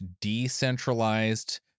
decentralized